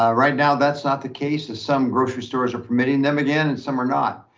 ah right now that's not the case as some grocery stores are permitting them again and some are not,